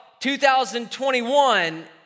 2021